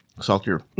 saltier